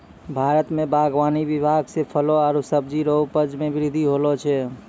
भारत मे बागवानी विभाग से फलो आरु सब्जी रो उपज मे बृद्धि होलो छै